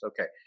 Okay